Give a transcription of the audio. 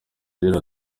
agira